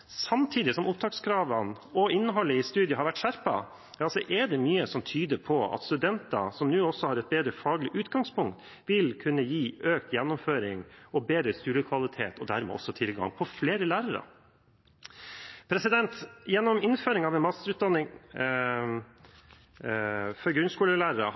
samtidig som opptakskravene og innholdet i studiet har blitt skjerpet, er det mye som tyder på at studenter, som nå også har et bedre faglig utgangspunkt, vil kunne gi økt gjennomføring og bedre studiekvalitet og dermed også tilgang på flere lærere. Gjennom innføringen av masterutdanning for grunnskolelærere